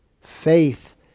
Faith